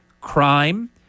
Crime